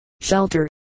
shelter